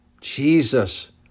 Jesus